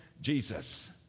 Jesus